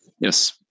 Yes